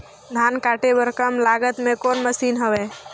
धान काटे बर कम लागत मे कौन मशीन हवय?